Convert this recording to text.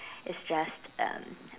is just um